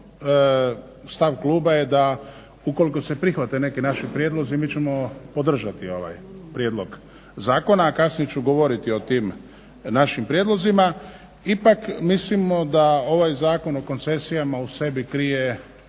stav kluba ukoliko se prihvate neki naši prijedlozi mi ćemo podržati ovaj prijedlog zakona, a kasnije ću govoriti o tim našim prijedlozima. Ipak mislimo da ovaj Zakon o koncesijama u sebi krije